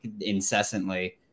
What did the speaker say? incessantly